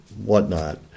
whatnot